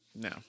no